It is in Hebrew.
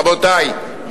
רבותי,